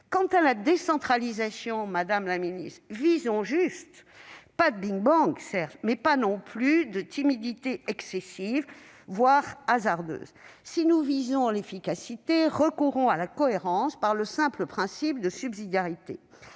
Quant à la décentralisation, visons juste : pas de big-bang, mais pas non plus de timidité excessive, voire hasardeuse. Si nous visons l'efficacité, recourons à la cohérence par le simple principe de subsidiarité.